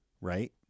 right